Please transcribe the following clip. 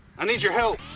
i need your help.